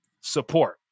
support